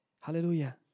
Hallelujah